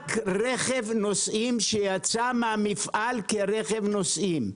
רק רכב נוסעים שיצא מן המפעל כרכב נוסעים.